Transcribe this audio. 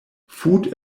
food